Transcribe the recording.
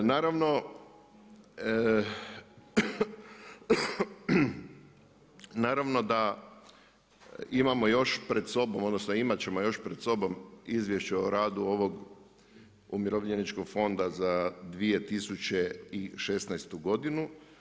Naravno da imamo još pred sobom, odnosno imati ćemo još pred sobom Izvješće o radu ovog Umirovljeničkog fonda za 2016. godinu.